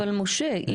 אבל משה,